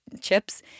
chips